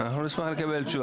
נחשוב על זה.